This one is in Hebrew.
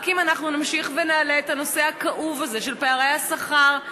רק אם אנחנו נמשיך ונעלה את הנושא הכאוב הזה של פערי השכר,